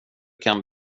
kan